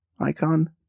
icon